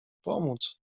pomóc